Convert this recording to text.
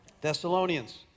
Thessalonians